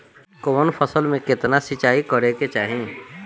कवन फसल में केतना सिंचाई करेके चाही?